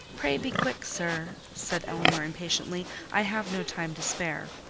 pray be quick, sir, said elinor, impatiently i have no time to spare.